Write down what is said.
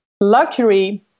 luxury